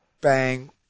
bang